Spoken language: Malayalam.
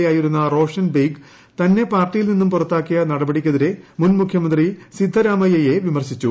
എ ആയിരുന്ന റോഷൻ ബെയ്ഗ് തന്നെ പാർട്ടിയിൽ നിന്ന് പുറത്താക്കിയ നടപടിക്കെതിരെ മുൻമുഖ്യമന്ത്രി സിദ്ധരാമയ്യെ വിമർശിച്ചു